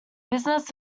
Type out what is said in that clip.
business